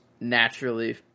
naturally